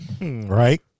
Right